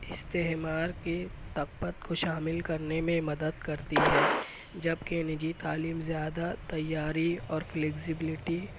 استہما کے طبقت کو شامل کرنے میں مدد کرتی ہے جب کہ نجی تعلیم زیادہ تیاری اور فلیکزبیلیٹی